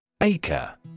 Acre